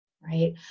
right